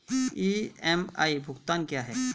EMI भुगतान क्या है?